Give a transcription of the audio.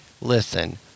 listen